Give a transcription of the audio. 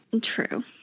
true